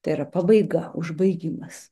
tai yra pabaiga užbaigimas